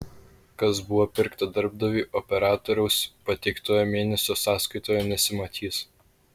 kas buvo pirkta darbdaviui operatoriaus pateiktoje mėnesio sąskaitoje nesimatys